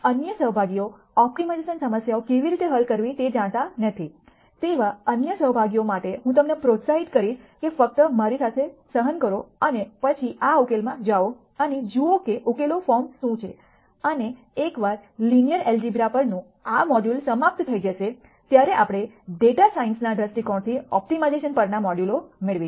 અન્ય સહભાગીઓ ઓપ્ટિમાઇઝેશન સમસ્યાઓ કેવી રીતે હલ કરવી તે જાણતા નથી તેવા અન્ય સહભાગીઓ માટે હું તમને પ્રોત્સાહિત કરીશ કે ફક્ત મારી સાથે સહન કરો અને પછી આ ઉકેલમાં જાઓ અને જુઓ કે ઉકેલો ફોર્મ શું છે અને એકવાર લિનિયર ઐલ્જબ્ર પરનું આ મોડ્યુલ સમાપ્ત થઈ જશે ત્યારે આપણે ડેટા સાઇઅન્સ ના દૃષ્ટિકોણથી ઓપ્ટિમાઇઝેશન પરનાં મોડ્યુલો મેળવીશું